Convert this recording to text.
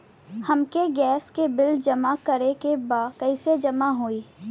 हमके गैस के बिल जमा करे के बा कैसे जमा होई?